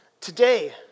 today